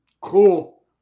Cool